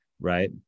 right